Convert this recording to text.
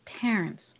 parents